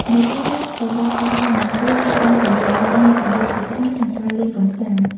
នៅពេលអ្នកទៅដល់កោះរ៉ុង ឬកោះរ៉ុងសន្លឹម អ្នកមានជម្រើសជាច្រើនក្នុងការលេងកម្សាន្ត។